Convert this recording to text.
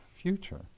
future